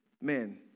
man